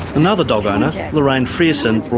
another dog owner, lorraine frearson,